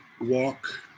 Walk